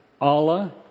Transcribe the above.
Allah